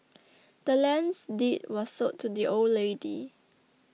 the land's deed was sold to the old lady